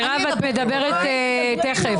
מירב, את מדברת תיכף.